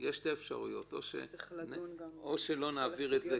יש שתי אפשרויות או שלא נעביר את זה,